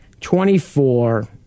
twenty-four